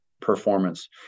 performance